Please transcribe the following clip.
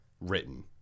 written